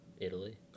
Italy